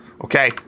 okay